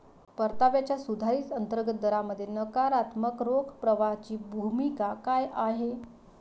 परताव्याच्या सुधारित अंतर्गत दरामध्ये नकारात्मक रोख प्रवाहाची भूमिका काय आहे?